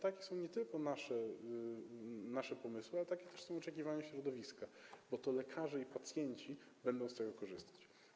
I nie są to tylko nasze pomysły, ale takie też są oczekiwania środowiska, bo to lekarze i pacjenci będą z tego korzystać.